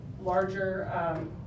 larger